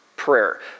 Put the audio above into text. prayer